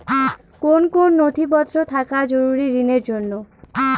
কোন কোন নথিপত্র থাকা জরুরি ঋণের জন্য?